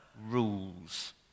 rules